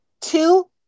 two